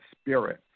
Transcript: spirit